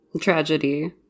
Tragedy